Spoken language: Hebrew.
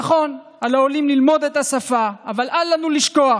נכון, על העולים ללמוד את השפה, אבל אל לנו לשכוח